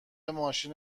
ماشین